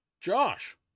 Josh